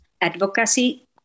advocacy